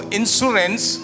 insurance